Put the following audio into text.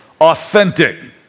authentic